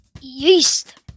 Yeast